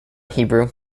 hebrew